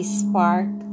spark